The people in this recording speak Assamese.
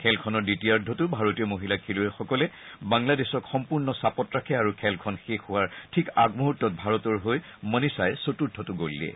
খেলখনৰ দ্বিতীয়াৰ্ধটো ভাৰতীয় মহিলা খেলুৱৈসকলে বাংলাদেশক সম্পূৰ্ণ চাপত ৰাখে আৰু খেলখন শেষ হোৱাৰ ঠিক আগমূহৰ্তত ভাৰতৰ হৈ মনিচাই চতুৰ্থটো গল দিয়ে